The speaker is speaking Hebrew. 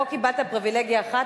פה קיבלת פריווילגיה אחת,